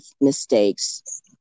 mistakes